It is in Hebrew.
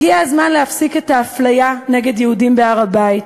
הגיע הזמן להפסיק את האפליה נגד יהודים בהר-הבית.